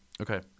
Okay